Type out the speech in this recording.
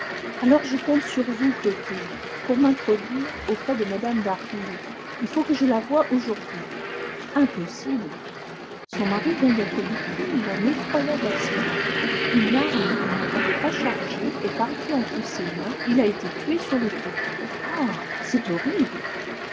alors je compte sur vous clotilde pour m'introduire auprès de mme d'harville il faut que je la voie aujourd'hui impossible son mari vient d'être victime d'un effroyable accident une arme qu'il ne croyait pas chargée est partie entre ses mains il a été tué sur le coup ah c'est horrible